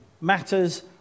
matters